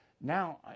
Now